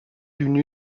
d’une